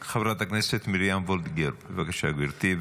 חברת הכנסת מרים וולדיגר, בבקשה, גבירתי.